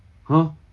!huh!